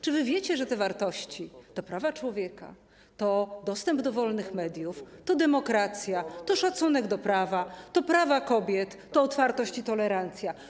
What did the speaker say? Czy wy wiecie, że te wartości to prawa człowieka, to dostęp do wolnych mediów, to demokracja, to szacunek do prawa, to prawa kobiet, to otwartość i tolerancja?